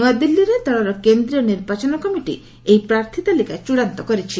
ନୂଆଦିଲ୍ଲୀରେ ଦଳର କେନ୍ଦ୍ରୀୟ ନିର୍ବାଚନ କମିଟି ଏହି ପ୍ରାର୍ଥୀ ତାଲିକା ଚୃଡ଼ାନ୍ତ କରିଛି